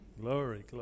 Glory